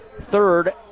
third